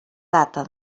data